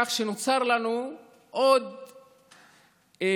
כך שנוצר לנו עוד ממד,